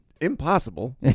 impossible